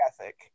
ethic